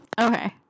Okay